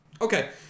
Okay